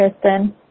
Kristen